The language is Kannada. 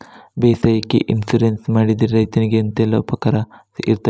ಬೇಸಾಯಕ್ಕೆ ಇನ್ಸೂರೆನ್ಸ್ ಮಾಡಿದ್ರೆ ರೈತನಿಗೆ ಎಂತೆಲ್ಲ ಉಪಕಾರ ಇರ್ತದೆ?